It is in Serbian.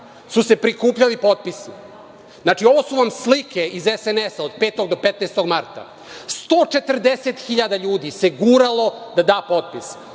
su se prikupljali potpisi. Znači, ovo su vam slike iz SNS od 5. do 15. marta, 140.000 ljudi se guralo da da potpis